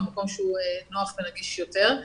במקום שנוח ונגיש יותר,